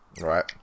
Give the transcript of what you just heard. right